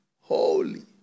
Holy